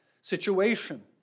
situation